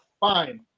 Fine